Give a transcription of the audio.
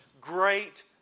great